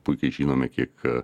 puikiai žinome kiek